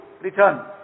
return